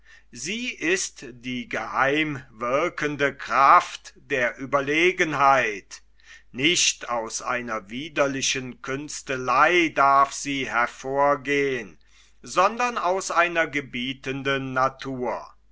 sie ist die geheim wirkende kraft der ueberlegenheit nicht aus einer widerlichen künstelei darf sie hervorgehn sondern aus einer gebietenden natur